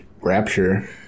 rapture